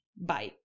Bye